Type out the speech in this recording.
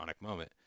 moment